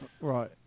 Right